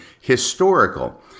historical